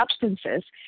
substances